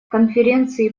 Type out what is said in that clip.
конференции